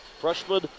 freshman